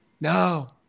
No